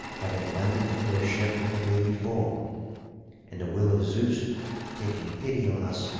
having landed from their ship on the day before and the will of zeus taking pity on us,